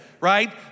right